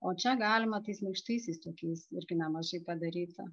o čia galima tais minkštaisiais tokiais irgi nemažai padaryti